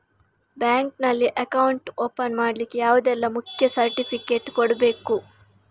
Bank ನಲ್ಲಿ account open ಮಾಡ್ಲಿಕ್ಕೆ ಯಾವುದೆಲ್ಲ ಮುಖ್ಯ ಸರ್ಟಿಫಿಕೇಟ್ ಕೊಡ್ಬೇಕು?